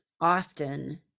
often